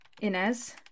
Inez